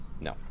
no